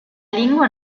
lingua